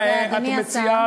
רגע, אדוני השר, לאן אתה מציע?